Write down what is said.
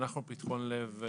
אנחנו פתחון לב,